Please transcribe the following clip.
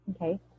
okay